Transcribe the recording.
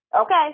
Okay